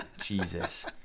Jesus